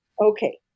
Okay